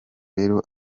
rero